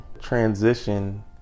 transition